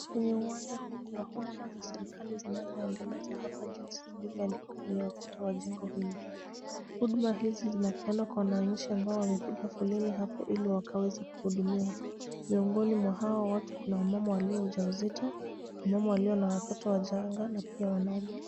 Kwenye uwanja huu kuna huduma za serikali zinazoendelezwa hapa jinsi zilivyoandikwa kwenye ukuta wa jengo hilo, huduma hizi zinapeanwa kwa wananchi ambao wamepiga foleni hapo ili wakaweze kuhudumiwa, miongoni mwa hao watu kuna wamama walio waja wazito, wamama walio na watoto wachanga na pia wanaume.